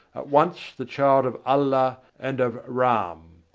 once the child of allah and of ram.